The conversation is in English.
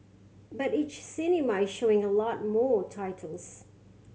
but each cinema is showing a lot more titles